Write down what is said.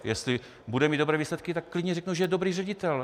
Jestli bude mít dobré výsledky, tak klidně řeknu, že je dobrý ředitel.